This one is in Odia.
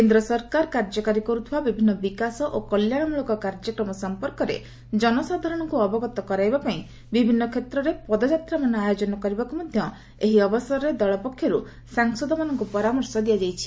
କେନ୍ଦ୍ର ସରକାର କାର୍ଯ୍ୟକାରୀ କରୁଥିବା ବିଭିନ୍ନ ବିକାଶ ଓ କଲ୍ୟାଣମୂଳକ କାର୍ଯ୍ୟକ୍ରମ ସଂପର୍କରେ ଜନସାଧାରଣଙ୍କୁ ଅବଗତ କରାଇବା ପାଇଁ ବିଭିନ୍ନ କ୍ଷେତ୍ରରେ ପଦଯାତ୍ରାମାନ ଆୟୋଜନ କରିବାକୁ ମଧ୍ୟ ଏହି ଅବସରରେ ଦଳ ପକ୍ଷରୁ ସାଂସଦମାନଙ୍କୁ ପରାମର୍ଶ ଦିଆଯାଇଛି